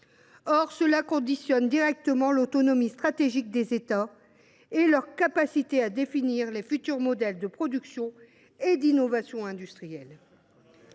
Or cela conditionne directement l’autonomie stratégique des États et leur capacité à définir les futurs modèles de production et d’innovation industrielles.